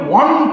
one